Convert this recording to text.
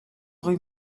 rue